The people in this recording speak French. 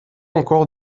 encore